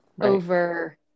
Over